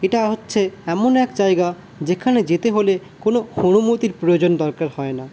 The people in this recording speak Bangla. এটা হচ্ছে এমন এক জায়গা যেখানে যেতে হলে কোনো অনুমতির প্রয়োজন দরকার হয় না